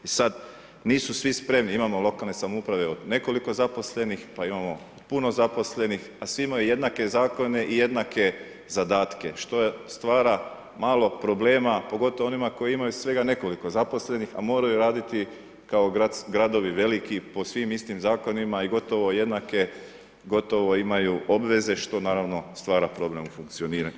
I sada nisu svi spremni, imamo lokalne samouprave od nekoliko zaposlenih, pa imamo puno zaposlenih, a svi imaju jednake zakone i jednake zadatke što stvara malo problema, pogotovo onima koji imaju svega nekoliko zaposlenih, a moraju raditi kao gradovi veliki po svim istim zakonima i gotovo jednake, gotovo imaju obveze, što naravno stvara problem u funkcioniranju.